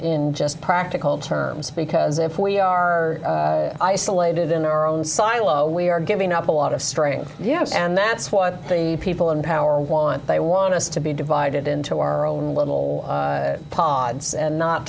in just practical terms because if we are isolated in our own silo we are giving up a lot of strength yes and that's what the people in power want they want us to be divided into our own little pods and not